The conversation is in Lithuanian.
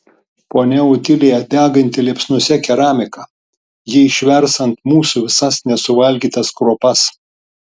ponia otilija deganti liepsnose keramika ji išvers ant mūsų visas nesuvalgytas kruopas